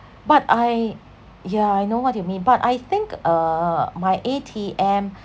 but I yeah I know what you mean but I think uh my A_T_M